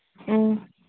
ꯎꯝ